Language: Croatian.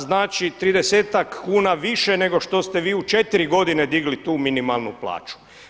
Znači, 30-tak kuna više nego što ste vi u četiri godine digli tu minimalnu plaću.